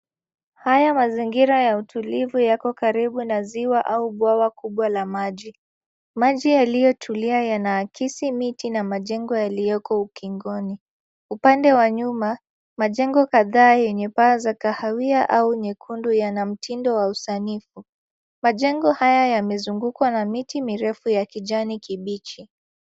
Haya mazingira ya utulivu yako karibu na ziwa au bwawa kubwa la maji. Maji yaliyotulia yanaakisi miti na majengo yaliyoko ukingoni. Upande wa nyuma, majengo kadhaa yenye paa za kahawia au nyekundu yana mtindo wa usanifu. Majengo haya yamezungukwa na miti mirefu ya kijani kibichi.